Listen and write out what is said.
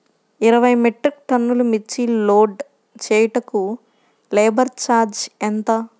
ఇరవై మెట్రిక్ టన్నులు మిర్చి లోడ్ చేయుటకు లేబర్ ఛార్జ్ ఎంత?